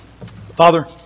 Father